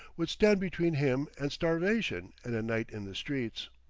would stand between him and starvation and a night in the streets.